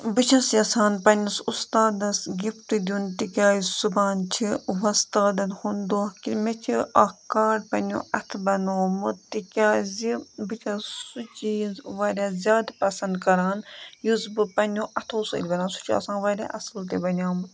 بہٕ چھَس یَژھان پَننِس اُستادَس گِفٹ دیُن تِکیازِ صُبحَن چھِ وۄستادَن ہُنٛد دۄہ کہ مےٚ چھِ اَکھ کارڈ پنٛنیو اَتھٕ بَنومُت تِکیازِ بہٕ چھَس سُہ چیٖز واریاہ زیادٕ پَسٛد کَران یُس بہٕ پَنٛنیو اَتھو سۭتۍ بَناو سُہ چھُ آسان واریاہ اَصٕل تہِ بَنٛیومُت